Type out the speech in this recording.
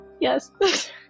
Yes